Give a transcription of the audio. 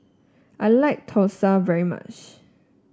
I like Thosai very much